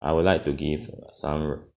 I would like to give some